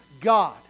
God